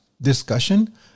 discussion